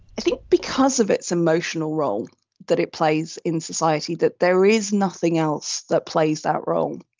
i think because of its emotional role that it plays in society that there is nothing else that plays that role.